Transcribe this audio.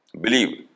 believe